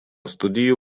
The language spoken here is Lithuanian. studijų